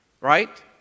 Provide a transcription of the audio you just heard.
Right